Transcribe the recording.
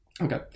Okay